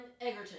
Egerton